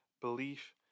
belief